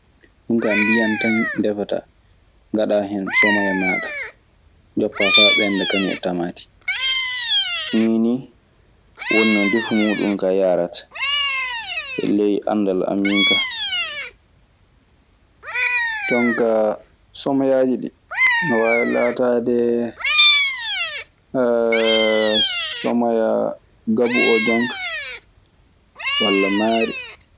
Ɗum kaa ndiyam tan deffataa ngaɗaa hen somoya maaɗa njoppa faa ɓennda kañum e tamaati. Nii nii woni no ndefu muuɗun kaa yaarta e ley anndal an min kaa. jonkaa somoyaaji ɗii no waawi laataade somoyaa gabu oo jonka walla maari.